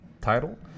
title